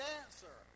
answer